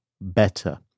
better